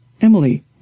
Emily